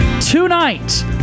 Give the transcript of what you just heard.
tonight